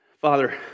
Father